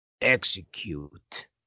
Execute